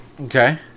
Okay